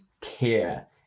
care